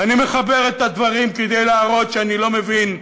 ואני מחבר את הדברים כדי להראות שאני לא מבין.